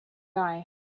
die